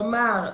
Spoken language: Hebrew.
כלומר,